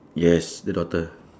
yes the daughter